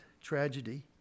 tragedy